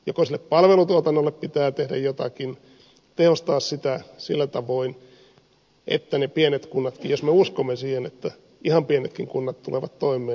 joko sille palvelutuotannolle pitää tehdä jotakin tehostaa sitä sillä tavoin että ne pienet kunnatkin tulevat toimeen jos me uskomme siihen että ihan pienetkin kunnat tulevat toimeen